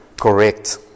correct